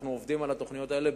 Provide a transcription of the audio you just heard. אנחנו עובדים על התוכניות האלה.